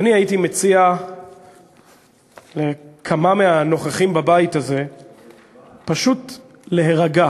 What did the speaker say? אני הייתי מציע לכמה מהנוכחים בבית הזה פשוט להירגע,